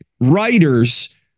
writers